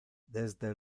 desde